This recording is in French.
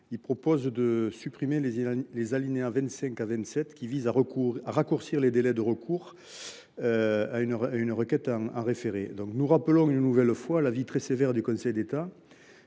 proposons de supprimer les alinéas 25 à 27, qui visent à raccourcir les délais de recours d’une requête en référé. Je me permets de vous rappeler l’avis très sévère du Conseil d’État